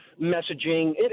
messaging